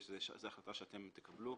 זאת החלטה שאתם תקבלו